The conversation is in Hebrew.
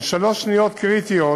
הן שלוש שניות קריטיות,